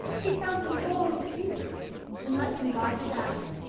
he tells him all his secrets and lets him guide his acts,